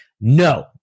No